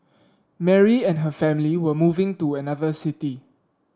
Mary and her family were moving to another city